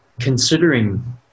considering